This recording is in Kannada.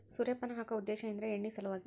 ಸೂರ್ಯಪಾನ ಹಾಕು ಉದ್ದೇಶ ಅಂದ್ರ ಎಣ್ಣಿ ಸಲವಾಗಿ